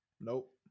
Nope